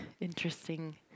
interesting